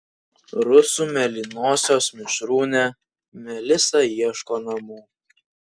rusų mėlynosios mišrūnė melisa ieško namų